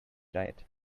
right